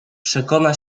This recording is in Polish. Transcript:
przekona